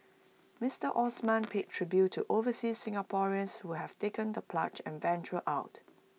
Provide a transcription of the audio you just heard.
Mister Osman paid tribute to overseas Singaporeans who have taken the plunge and ventured out